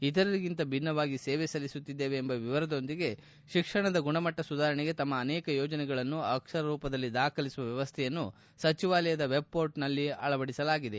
ಇತರರಿಗಿಂತ ಭಿನ್ನವಾಗಿ ಸೇವೆ ಸಲ್ಲಿಸುತ್ತಿದ್ದೇವೆ ಎಂಬ ವಿವರದೊಂದಿಗೆ ಶಿಕ್ಷಣದ ಗುಣಮಟ್ಟ ಸುಧಾರಣೆಗೆ ತಮ್ಮ ಅನೇಕ ಯೋಜನೆಗಳನ್ನು ಅಕ್ಷರ ರೂಪದಲ್ಲಿ ದಾಖಲಿಸುವ ವ್ಯವಸ್ಥೆಯನ್ನು ಸಚಿವಾಲಯದ ವೆಬ್ ಮೋರ್ಟಲ್ನಲ್ಲಿ ಅಳವಡಿಸಲಾಗಿದೆ